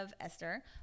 Esther